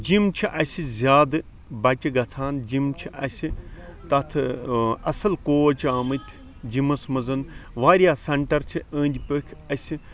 gym چھِ اَسہِ زیادٕ بَچہِ گَژھان جِم چھِ اَسہِ تَتھ اصل کوچ آمٕتۍ جِمَس مَنٛز واریاہ سَنٹَر چھِ أنٛدۍ پٔکۍ اَسہِ